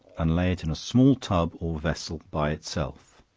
and lay it in a small tub or vessel by itself.